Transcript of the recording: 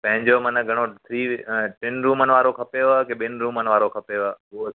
पंहिंजो मना घणो थ्री टिनि रूमनि वारो खपेव की ॿिनि रूमनि वारो खपेव उहा